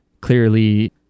clearly